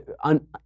on